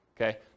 okay